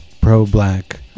pro-black